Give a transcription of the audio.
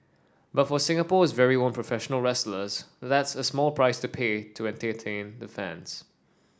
but for Singapore's very own professional wrestlers that's a small price to pay to entertain the fans